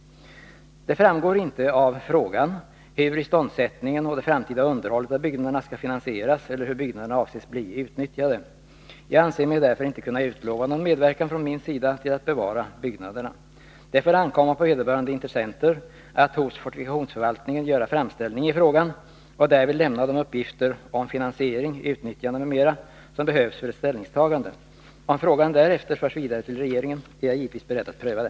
Det framgår inte av frågan hur iståndsättningen och det framtida underhållet av byggnaderna skall finansieras eller hur byggnaderna avses bli utnyttjade. Jag anser mig därför inte kunna utlova någon medverkan från min sida till att bevara byggnaderna. Det får ankomma på vederbörande intressenter att hos fortifikationsförvaltningen göra framställning i frågan och därvid lämna de uppgifter om finansiering, utnyttjande m.m. som behövs för ett ställningstagande. Om frågan därefter förs vidare till regeringen, är jag givetvis beredd att pröva den.